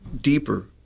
deeper